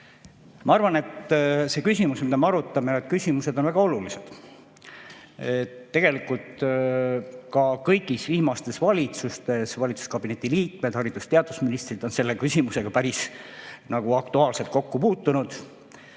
Ma arvan, et see küsimus, mida me arutame, on väga oluline. Tegelikult on kõigis viimastes valitsustes valitsuskabineti liikmed, haridus- ja teadusministrid selle küsimusega päris aktuaalselt kokku puutunud.